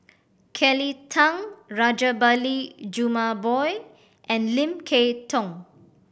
Kelly Tang Rajabali Jumabhoy and Lim Kay Tong